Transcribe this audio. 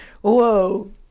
Whoa